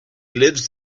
lives